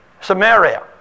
Samaria